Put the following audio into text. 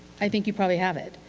i think you probably have it.